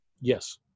Yes